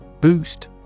Boost